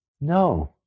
No